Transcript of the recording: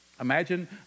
Imagine